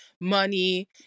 money